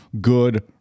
good